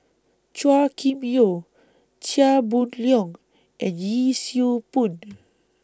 Chua Kim Yeow Chia Boon Leong and Yee Siew Pun